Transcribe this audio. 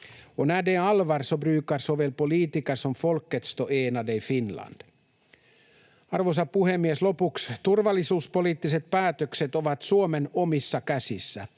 Arvoisa puhemies! Lopuksi: Turvallisuuspoliittiset päätökset ovat Suomen omissa käsissä.